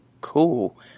cool